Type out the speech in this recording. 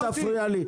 שלא תפריע לי.